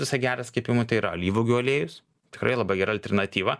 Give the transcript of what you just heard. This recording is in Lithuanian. visai geras kepimui tai yra alyvuogių aliejus tikrai labai gera alternatyva